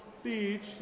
speech